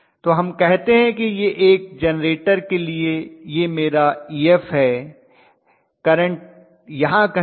तो हम कहते हैं कि यह एक जनरेटर के लिए यह मेरा Ef है करंट यहां कहीं है